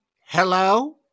Hello